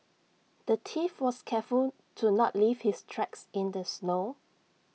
the thief was careful to not leave his tracks in the snow